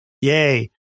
Yay